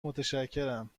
متشکرم